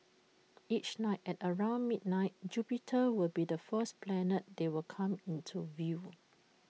each night at around midnight Jupiter will be the first planet they will come into view